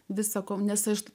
visą kol nes aš